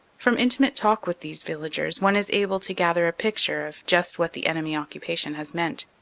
from intimate talk with these villagers one is able to gather a picture of just what the enemy occupation has meant.